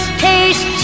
taste